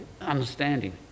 understanding